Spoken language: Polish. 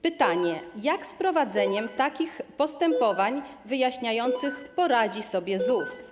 Pytanie, jak z prowadzeniem takich postępowań wyjaśniających poradzi sobie ZUS.